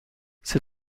ces